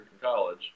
college